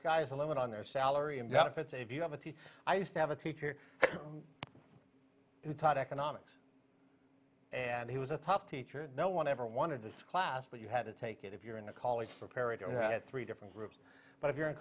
sky's the limit on their salary and benefits if you have a c i used to have a teacher who taught economics and he was a tough teacher no one ever wanted this class but you had to take it if you're in a college for parrot and had three different groups but if you're in